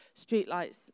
streetlights